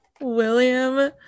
William